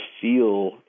feel